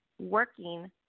working